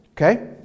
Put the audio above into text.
okay